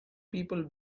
people